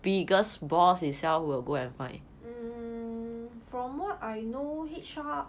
mm from what I know H_R